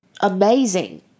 amazing